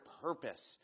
purpose